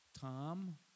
Tom